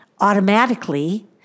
automatically